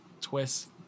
twist